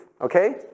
okay